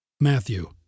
Matthew